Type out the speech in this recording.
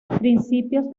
principios